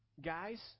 Guys